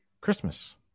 christmas